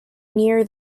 near